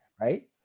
right